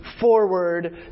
forward